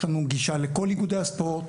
יש לנו גישה לכל איגודי הספורט.